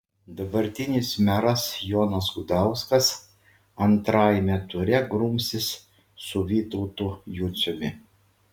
dabartinis meras jonas gudauskas antrajame ture grumsis su vytautu juciumi